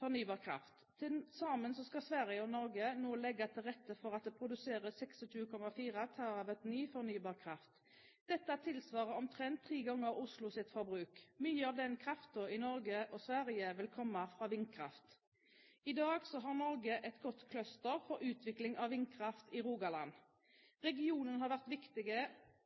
fornybar kraft. Til sammen skal Sverige og Norge nå legge til rette for at det produseres 26,4 TWh ny fornybar kraft. Dette tilsvarer omtrent tre ganger Oslos forbruk. Mye av den nye kraften i Norge og Sverige vil komme fra vindkraft. I dag har Norge et godt cluster for utvikling av vindkraft i Rogaland. Regionen har vært